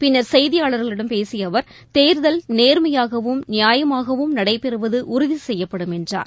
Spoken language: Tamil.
பின்னா் செய்தியாளர்களிடம் பேசியஅவர் தேர்தல் நேர்மையாகவும் நியாயமாகவும் நடைபெறுவது உறுதிசெய்யப்படும் என்றார்